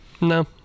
No